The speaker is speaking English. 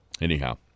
Anyhow